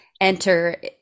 enter